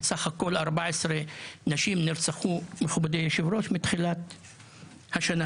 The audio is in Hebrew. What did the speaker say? סך הכול 14 נשים נרצחו מתחילת השנה.